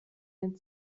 den